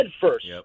first